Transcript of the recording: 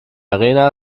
arena